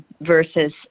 versus